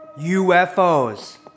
UFOs